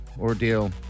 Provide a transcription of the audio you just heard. ordeal